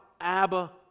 Abba